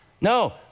no